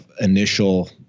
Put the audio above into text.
initial